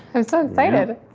i'm so excited!